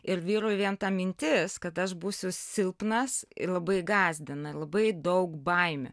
ir vyrui vien ta mintis kad aš būsiu silpnas labai gąsdina labai daug baimių